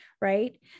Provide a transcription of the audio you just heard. right